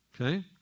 okay